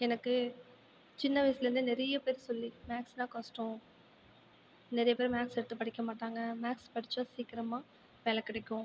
எனக்கு சின்ன வயசுலேருந்தே நிறைய பேரு சொல்லி மேக்ஸ்ன்னா கஷ்டம் நிறைய பேர் மேக்ஸ் எடுத்து படிக்க மாட்டாங்கள் மேக்ஸ் படிச்சால் சீக்கிரமாக வேலை கிடைக்கும்